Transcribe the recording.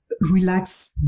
relax